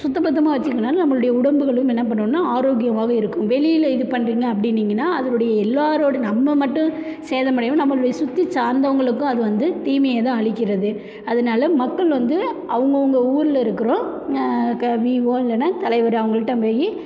சுத்தம்பத்தமாக வச்சிக்கிறதுனால நம்மளுடைய உடம்புகளும் என்ன பண்ணுன்னா ஆரோக்கியமாக இருக்கும் வெளியில இது பண்ணுறீங்க அப்படின்னீங்கன்னா அதனுடைய எல்லாரோடய நம்ம மட்டும் சேதம் அடையாமல் நம்மளுடைய சுற்றி சார்ந்தவங்களுக்கும் அது வந்து தீமையை தான் அளிக்கிறது அதனால மக்கள் வந்து அவங்கவுங்க ஊரில் இருக்கிறோம் க விஓ இல்லைன்னா தலைவர் அவங்கள்ட்ட போயி